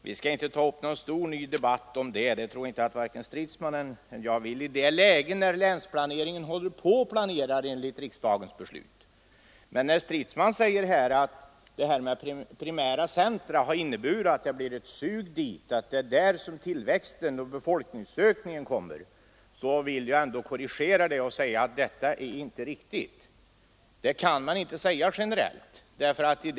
Vi skall inte ta upp någon stor debatt om den — det tror jag inte att vare sig herr Stridsman eller jag vill — i ett läge då länsplaneringen pågår enligt riksdagens beslut. Men herr Stridsman säger att skapande av primära centra inneburit att det uppstått ett sug dit och att det är där tillväxten och folkökningen skett. Jag vill korrigera det, för det är inte riktigt. Man kan inte generellt säga att det förhåller sig så.